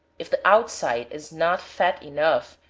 if the outside is not fat enough,